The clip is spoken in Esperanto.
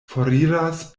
foriras